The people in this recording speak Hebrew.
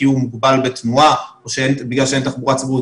הוא מוגבל בתנועה בגלל שאין לו תחבורה ציבורית